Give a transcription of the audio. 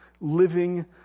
living